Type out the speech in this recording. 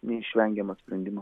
neišvengiamą sprendimą